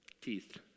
Teeth